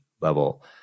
level